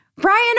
Brian